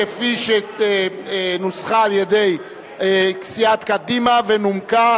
כפי שנוסחה על-ידי סיעת קדימה ונומקה